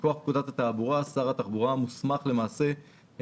מכוח פקודת התעבורה שר התחבורה מוסמך לקבוע